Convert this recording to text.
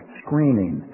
screaming